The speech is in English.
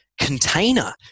container